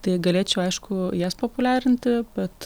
tai galėčiau aišku jas populiarinti bet